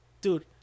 dude